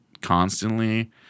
constantly